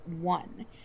one